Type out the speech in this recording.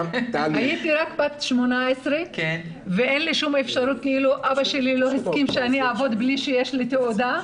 הייתי בת 18 ואבא שלי לא הסכים שאני אעבוד בלי שיש לי תעודה.